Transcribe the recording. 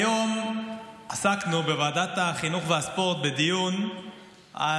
היום עסקנו בוועדת החינוך והספורט בדיון על